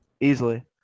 Easily